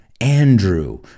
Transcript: Andrew